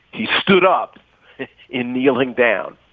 he stood up in kneeling down.